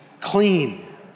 clean